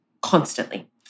constantly